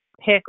pick